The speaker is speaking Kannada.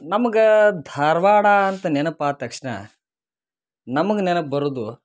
ನಮ್ಗ ಧಾರವಾಡ ಅಂತ ನೆನ್ಪಾದ ತಕ್ಷಣ ನಮ್ಗ್ ನೆನಪು ಬರುದು